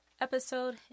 episode